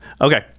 Okay